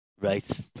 right